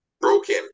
broken